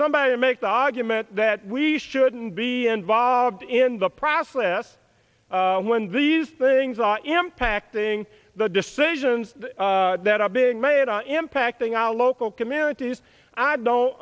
somebody to make the argument that we shouldn't be involved in the process when these things are impacting the decisions that are being made impacting our local communities i don't